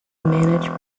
manage